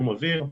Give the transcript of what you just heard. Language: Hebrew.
זיהום אוויר.